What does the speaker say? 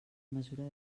mesura